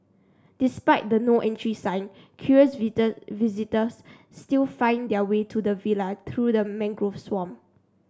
despite the No Entry sign curious visitor visitors still find their way to the villa through the mangrove swamp